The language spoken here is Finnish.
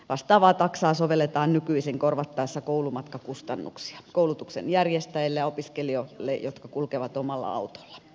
vastaavaa taksaa sovelletaan nykyisin korvattaessa koulumatkakustannuksia koulutuksen järjestäjille ja opiskelijoille jotka kulkevat omalla autolla